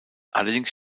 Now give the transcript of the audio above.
allerdings